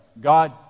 God